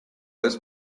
his